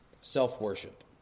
self-worship